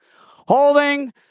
Holding